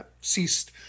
ceased